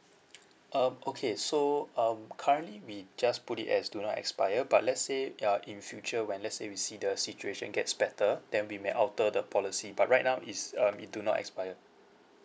um okay so um currently we just put it as do not expire but let's say uh in future when let's say we see the situation gets better then we may alter the policy but right now it's um it do not expire